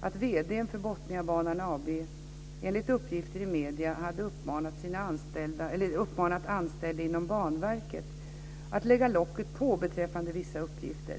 att vd:n för Botniabanan AB enligt uppgifter i medierna hade uppmanat anställda inom Banverket att lägga locket på beträffande vissa uppgifter.